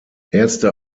erste